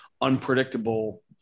unpredictable